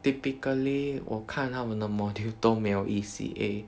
typically 我看他们的 module 都没有 E_C_A